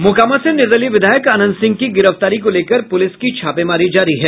मोकामा से निर्दलीय विधायक अनंत सिंह की गिरफ्तारी को लेकर पुलिस की छापेमारी जारी है